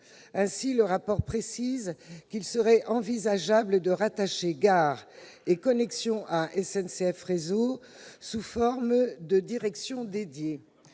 Ainsi, le rapport précise qu'il serait envisageable de rattacher Gares & Connexions à SNCF Réseau sous forme de direction dédiée,